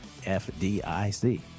FDIC